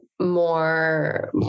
more